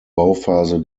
bauphase